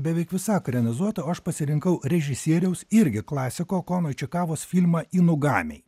beveik visa ekranizuota o aš pasirinkau režisieriaus irgi klasiko kono čikavos filmą inugamiai